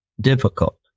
difficult